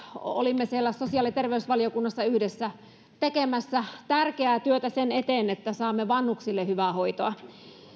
olimme siellä sosiaali ja terveysvaliokunnassa yhdessä tekemässä tärkeää työtä sen eteen että saamme vanhuksille hyvää hoitoa